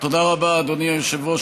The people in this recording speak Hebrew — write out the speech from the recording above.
תודה רבה, אדוני היושב-ראש.